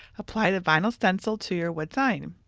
apply the vinyl stencil to your wood sign.